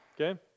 Okay